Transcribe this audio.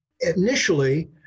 initially